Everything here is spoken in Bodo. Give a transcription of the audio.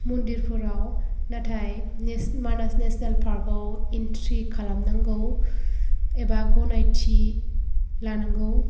मन्दिरफोराव नाथाय नेसनेल मानास नेसनेल पार्कआव इन्ट्रि खालामनो नांगौ एबा गनायथि लानांगौ